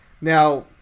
Now